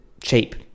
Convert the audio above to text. cheap